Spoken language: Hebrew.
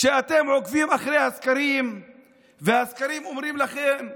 כשאתם עוקבים אחרי הסקרים והסקרים אומרים לכם: